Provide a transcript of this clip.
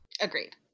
Agreed